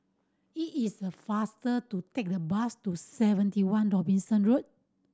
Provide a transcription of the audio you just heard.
it is faster to take the bus to Seventy One Robinson Road